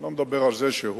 אני לא מדבר על זה שהוא,